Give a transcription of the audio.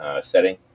setting